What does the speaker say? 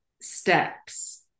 steps